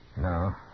No